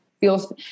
feels